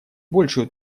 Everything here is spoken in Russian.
большую